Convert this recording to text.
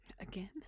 Again